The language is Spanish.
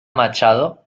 machado